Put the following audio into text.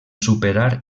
superar